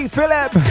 Philip